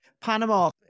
Panama